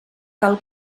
cal